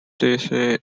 this